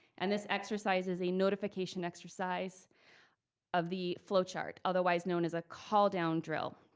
and this exercises a notification exercise of the flowchart. otherwise known as a call down drill.